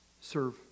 serve